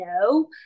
no